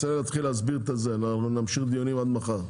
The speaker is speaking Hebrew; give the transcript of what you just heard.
אנחנו נמשיך דיונים על מחר,